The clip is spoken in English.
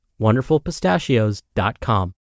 WonderfulPistachios.com